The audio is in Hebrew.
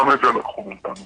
גם את זה לקחו מאיתנו.